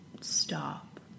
Stop